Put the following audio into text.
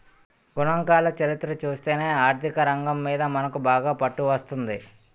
గణాంకాల చరిత్ర చూస్తేనే ఆర్థికరంగం మీద మనకు బాగా పట్టు వస్తుంది